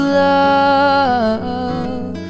love